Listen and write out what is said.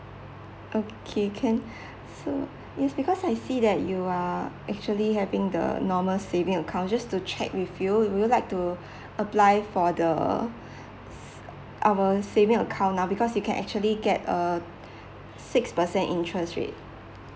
okay can so it's because I see that you are actually having the normal saving account just to check with you would you like to apply for the our saving account uh because you can actually get uh six percent interest rate